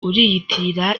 uriyitirira